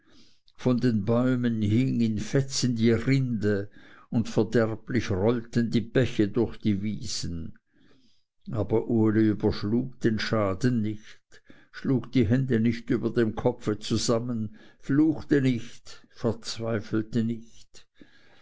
von den bäumen hing in fetzen die rinde und verderblich rollten die bäche durch die wiesen aber uli überschlug den schaden nicht schlug die hände nicht über dem kopfe zusammen fluchte nicht verzweifelte nicht